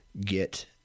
get